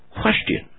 question